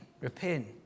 Repent